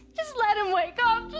just let him wake up!